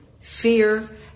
fear